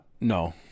No